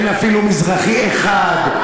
אין אפילו מזרחי אחד,